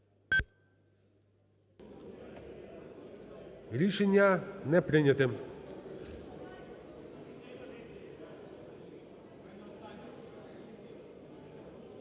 Рішення не прийнято.